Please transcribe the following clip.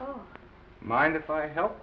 oh mind if i help